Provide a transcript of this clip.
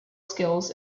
skills